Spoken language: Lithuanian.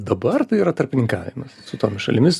dabar tai yra tarpininkavimas su tomis šalimis